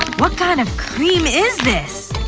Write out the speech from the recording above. what kind of cream is this?